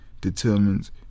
determines